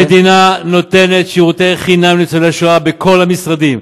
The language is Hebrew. המדינה נותנת שירותי חינם לניצולי השואה בכל המשרדים.